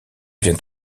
vient